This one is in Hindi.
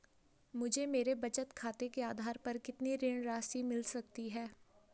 मुझे मेरे बचत खाते के आधार पर कितनी ऋण राशि मिल सकती है?